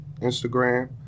Instagram